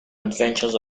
adventures